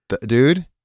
Dude